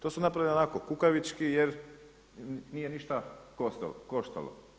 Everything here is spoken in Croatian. To su napravili onako kukavički jer nije ništa koštalo.